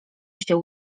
się